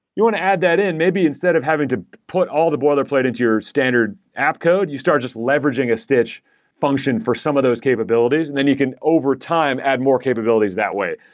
you want to add that in. maybe instead of having to put all the boilerplate into your standard app code, you start just leveraging a stitch function for some of those capabilities and then you can over time add more capabilities that way.